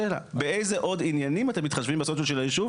באיזה עוד עניינים אתם מתחשבים בסוציו של הישוב